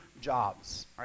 jobs